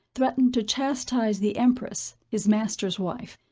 threatened to chastise the empress, his master's wife,